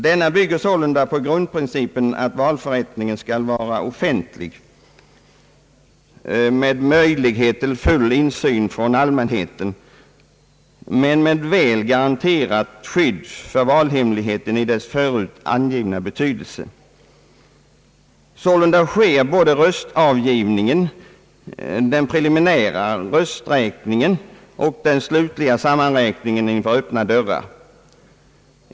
Denna bygger sålunda på grundprincipen, att valförrättning skall vara offentlig, med möjlighet till full insyn från allmänheten men med väl garanterat skydd för valhemligheten i dess förut angivna betydelse. Sålunda sker både röstavgivningen, den preliminära rösträkningen och den slutliga sammanräkningen inför öppna dörrar.